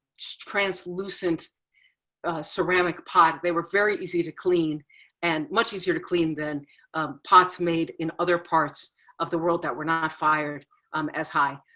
translucent ceramic pot. they were very easy to clean and much easier to clean than pots made in other parts of the world that were not fired um as high.